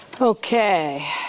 Okay